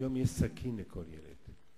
היום יש סכין לכל ילד.